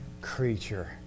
creature